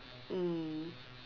mm